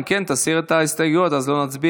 אם כן תסיר את ההסתייגויות אז לא נצביע,